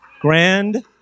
Grand